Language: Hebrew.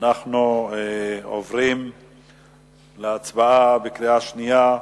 אנחנו עוברים להצבעה בקריאה שנייה,